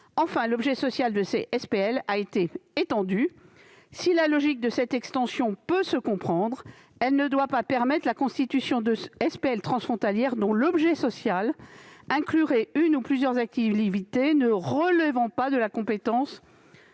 Enfin, l'objet social de ces SPL a été étendu. Si la logique de cette extension peut se comprendre, elle ne doit pas permettre la constitution de SPL transfrontalières dont l'objet social inclurait une ou plusieurs activités ne relevant de la compétence